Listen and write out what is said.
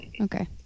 Okay